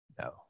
No